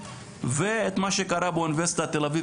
ואת מה שקרה באוניברסיטת תל אביב,